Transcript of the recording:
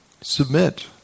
Submit